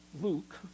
Luke